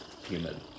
human